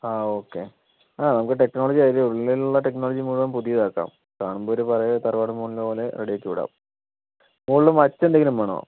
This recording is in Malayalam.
ആ ഓക്കേ ആ നമുക്ക് ടെക്നോളജി അതില് ഉള്ളിലുള്ള ടെക്നോളജി മൊത്തം നമുക്ക് പുതിയതാക്കാം കാണുമ്പോൾ ഒരു പഴയ തറവാട് മോഡൽ പോലെ റെഡിയാക്കി വിടാം മുകളിൽ മച്ഛ് എന്തെങ്കിലും വേണോ